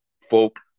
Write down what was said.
folk